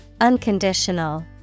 Unconditional